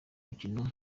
mukino